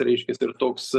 reiškias ir toks